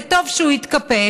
וטוב שהוא התקפל,